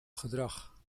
gedrag